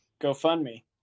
GoFundMe